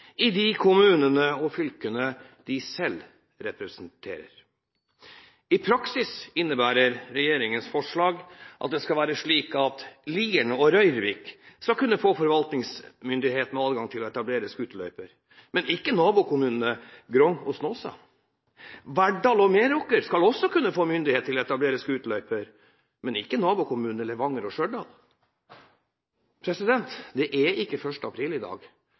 i de kommunene og fylkene de selv representerer. I praksis innebærer regjeringens forslag at det skal være slik at Lierne og Røyrvik skal kunne få forvaltningsmyndigheten og adgang til å etablere scooterløyper, men ikke nabokommunene Grong og Snåsa. Verdal og Meråker skal også kunne få myndighet til å etablere scooterløyper, men ikke nabokommunene Levanger og Stjørdal. Det er ikke 1. april i dag,